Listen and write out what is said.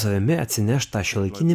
savimi atsineš tą šiuolaikinį